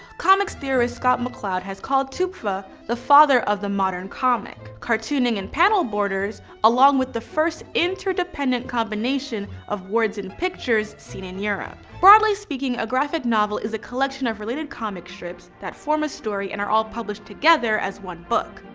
comics theorist scott mccloud has called topffer the father of the modern comic, cartooning and panel borders along with the first interdependent combination of words and pictures seen in europe broadly speaking, a graphic novel is a collection of related comic strips that form a story and are all published together as one book.